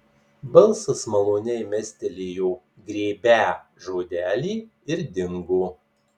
balsas maloniai mestelėjo grėbią žodelį ir dingo